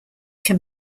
can